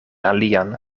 alian